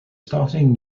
starting